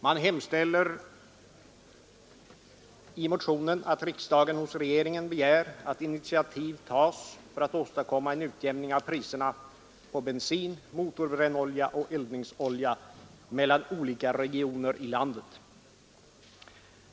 Man hemställer i motionen att riksdagen hos regeringen skall begära att initiativ tas för att åstadkomma en utjämning av priserna på bensin, motorbrännolja och eldningsolja mellan olika regioner i landet.